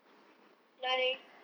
like